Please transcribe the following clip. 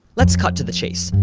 let's cut to the chase.